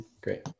Great